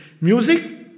Music